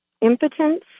impotence